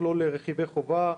יכלול רכיבי חובה,